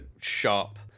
sharp